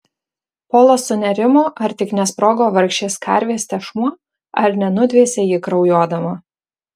polas sunerimo ar tik nesprogo vargšės karvės tešmuo ar nenudvėsė ji kraujuodama